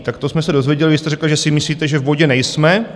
Tak jsme se dozvěděli vy jste řekla, že si myslíte, že v bodě nejsme.